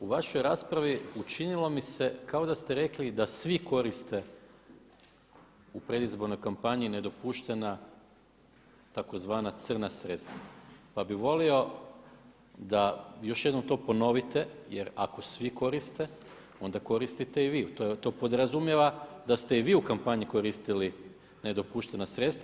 U vašoj raspravi učinilo mi se kao da ste rekli da svi koriste u predizbornoj kampanji nedopuštena tzv. crna sredstva, pa bih volio da još jednom to ponovite jer ako svi koriste onda koristite i vi, to podrazumijeva da ste i vi u kampanji koristili nedopuštena sredstva.